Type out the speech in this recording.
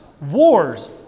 wars